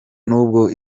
nubwo